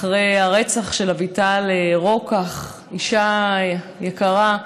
אחרי הרצח של אביטל רוקח, אישה יקרה,